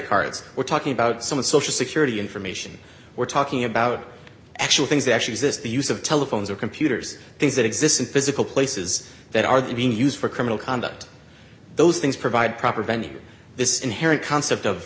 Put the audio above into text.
cards we're talking about some of the social security information we're talking about actual things that actually exist the use of telephones or computers things that exist in physical places that are being used for criminal conduct those things provide proper venue this inherent concept of